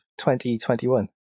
2021